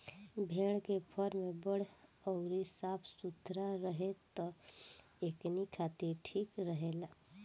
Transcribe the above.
भेड़ के फार्म बड़ अउरी साफ सुथरा रहे त एकनी खातिर ठीक रहेला